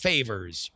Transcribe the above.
favors